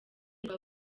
rwa